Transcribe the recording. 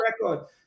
record